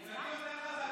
2021,